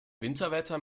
winterwetter